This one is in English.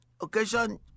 occasion